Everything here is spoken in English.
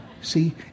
see